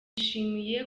bishimiye